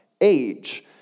age